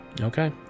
okay